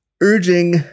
urging